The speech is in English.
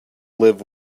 live